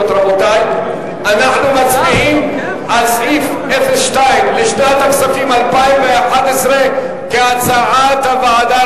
אנחנו מצביעים על סעיף 02 לשנת הכספים 2011 כהצעת הוועדה,